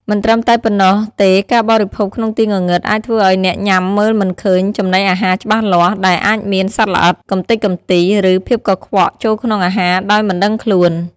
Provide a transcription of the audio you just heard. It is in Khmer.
មិនត្រឹមតែប៉ុណ្ណោះទេការបរិភោគក្នុងទីងងឹតអាចធ្វើឲ្យអ្នកញ៉ាំមើលមិនឃើញចំណីអាហារច្បាស់លាស់ ដែលអាចមាន សត្វល្អិត កំទេចកំទី ឬ ភាពកខ្វក់ ចូលក្នុងអាហារដោយមិនដឹងខ្លួន ។